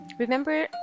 Remember